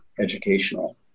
educational